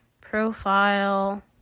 profile